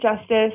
justice